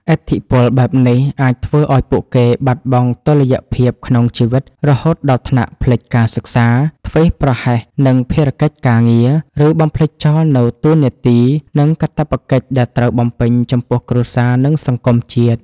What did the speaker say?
ឥទ្ធិពលបែបនេះ អាចធ្វើឱ្យពួកគេបាត់បង់តុល្យភាពក្នុងជីវិត រហូតដល់ថ្នាក់ភ្លេចការសិក្សា ធ្វេសប្រហែសនឹងភារកិច្ចការងារ ឬបំភ្លេចចោលនូវតួនាទី និងកាតព្វកិច្ចដែលត្រូវបំពេញចំពោះគ្រួសារ និងសង្គមជាតិ។